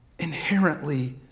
inherently